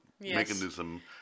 mechanism